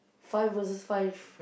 five versus five